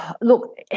look